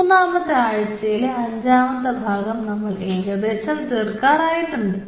മൂന്നാമത്തെ ആഴ്ചയിലെ അഞ്ചാമത്തെ ഭാഗം നമ്മൾ ഏകദേശം തീർക്കാറായിട്ടുണ്ട്